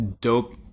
dope